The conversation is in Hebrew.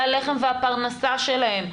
זה הלחם והפרנסה שלהם.